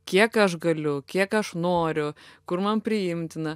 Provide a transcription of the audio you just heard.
kiek aš galiu kiek aš noriu kur man priimtina